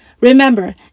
Remember